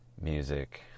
music